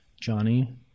Johnny